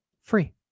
free